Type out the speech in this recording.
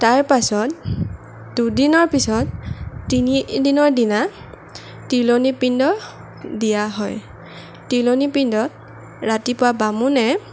তাৰ পাছত দুদিনৰ পিছত তিনি দিনৰ দিনা তিলনী পিণ্ড দিয়া হয় তিলনী পিণ্ডত ৰাতিপুৱা বামুণে